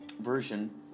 version